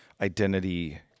identity